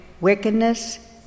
wickedness